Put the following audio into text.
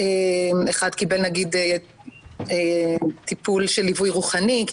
אחד קיבל נגיד טיפול של ליווי רוחני,